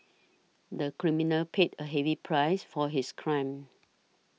the criminal paid a heavy price for his crime